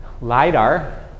LIDAR